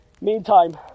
Meantime